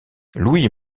louis